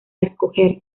escoger